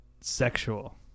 sexual